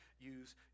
use